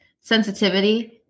sensitivity